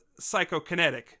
psychokinetic